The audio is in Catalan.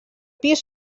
pis